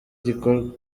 gikorwa